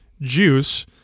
juice